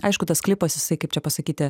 aišku tas klipas jisai kaip čia pasakyti